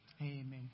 amen